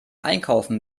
einkaufen